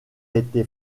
été